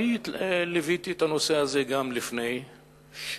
אני ליוויתי את הנושא הזה גם לפני כן.